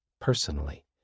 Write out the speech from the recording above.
personally